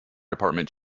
department